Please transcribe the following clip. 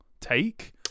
take